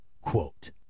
quote